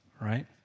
right